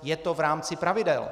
Je to v rámci pravidel.